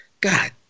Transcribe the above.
God